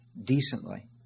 decently